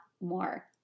more